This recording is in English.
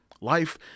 Life